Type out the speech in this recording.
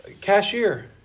cashier